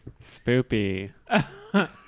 spoopy